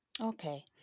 Okay